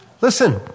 Listen